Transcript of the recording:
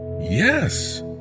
Yes